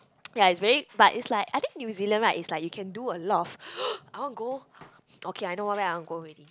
ya it's very but it's like I think New-Zealand right it's like you can do a lot of I want go okay I know what where I want go already